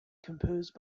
composed